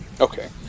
Okay